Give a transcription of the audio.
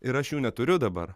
ir aš jų neturiu dabar